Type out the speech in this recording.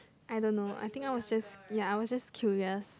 I don't know I think I was just ya I was just curious